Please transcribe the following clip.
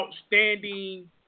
outstanding